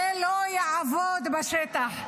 זה לא יעבוד בשטח.